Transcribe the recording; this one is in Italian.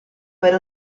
per